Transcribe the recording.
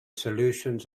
solutions